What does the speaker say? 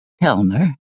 Helmer